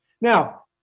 Now